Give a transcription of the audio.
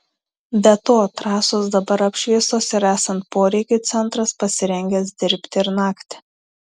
be to trasos dabar apšviestos ir esant poreikiui centras pasirengęs dirbti ir naktį